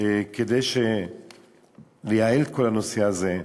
כדי לייעל את כל הנושא הזה,